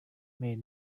made